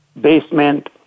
basement